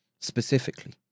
specifically